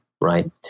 right